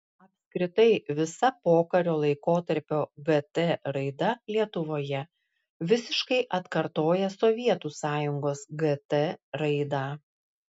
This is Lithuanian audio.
apskritai visa pokario laikotarpio gt raida lietuvoje visiškai atkartoja sovietų sąjungos gt raidą